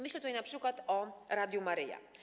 Myślę tutaj np. o Radiu Maryja.